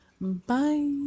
Bye